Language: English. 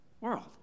world